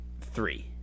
Three